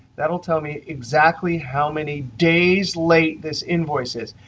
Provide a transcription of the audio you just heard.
that will tell me exactly how many days late this invoice is.